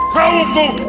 powerful